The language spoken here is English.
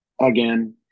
Again